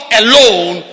alone